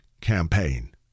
campaign